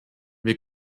wir